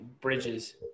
Bridges